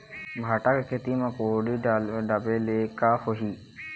भांटा के खेती म कुहड़ी ढाबे ले का होही?